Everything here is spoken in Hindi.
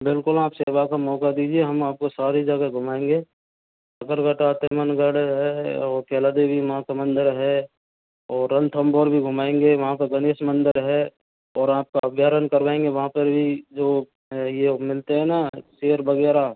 बिल्कुल आप सेवा का मौका दीजिए हम आपको सारी जगह घुमाएंगे अगर बताते मनगड़ है और केला देवी माँ का मंदिर है और रणथंबोर भी घुमाएंगे वहाँ गणेश मंदिर है और आपका अभ्यारण करवाएंगे वहाँ पर भी जो है ये मिलते हैं ना सेर वगैरह